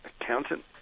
accountant